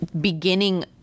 beginning